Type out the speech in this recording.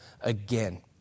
again